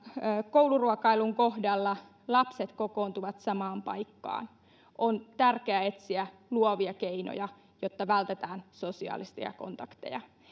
kouluruokailun kohdalla lapset kokoontuvat samaan paikkaan on tärkeää etsiä luovia keinoja jotta vältetään sosiaalisia kontakteja